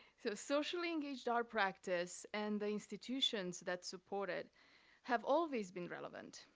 so, socially engaged art practice and the institutions that support it have always been relevant,